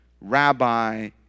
rabbi